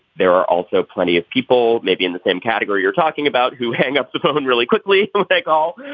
there are also plenty of people maybe in the same category you're talking about who hang up the phone really quickly. i'll take all.